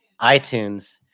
iTunes